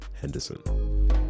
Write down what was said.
Henderson